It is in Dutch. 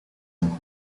een